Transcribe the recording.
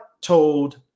told